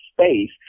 space